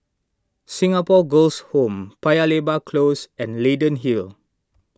Singapore Girls' Home Paya Lebar Close and Leyden Hill